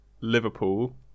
Liverpool